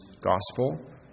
Gospel